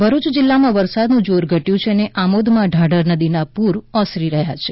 ભરુચ જિલ્લામાં વરસાદનું જોર ઘટ્યું છે અને આમોદમાં ઢાઢર નદીના પૂર ઓસરી રહ્યા છે